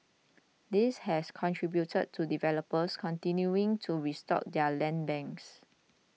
this has contributed to developers continuing to restock their land banks